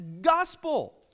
gospel